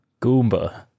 Goomba